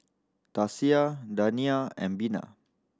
Tasia and Bena